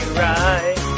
right